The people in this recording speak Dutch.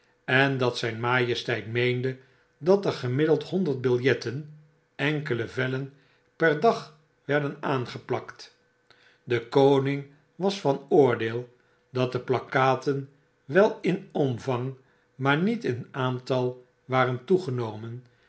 en dat zijn majesteit meende dat er gemiddeld honderd biljetten enkele vellen per dag werden aangeplakt de koning was van oordeel dat de plakkaten wel in omvang maar niet in aantal waren toegenomen